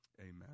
Amen